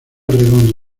redondo